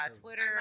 twitter